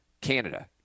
Canada